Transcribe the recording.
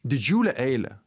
didžiulę eilę